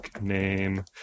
name